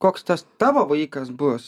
koks tas tavo vaikas bus